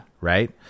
Right